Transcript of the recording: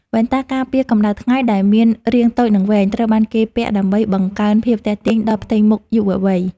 វ៉ែនតាការពារកម្ដៅថ្ងៃដែលមានរាងតូចនិងវែង ត្រូវបានគេពាក់ដើម្បីបង្កើនភាពទាក់ទាញដល់ផ្ទៃមុខយុវវ័យ។